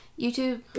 YouTube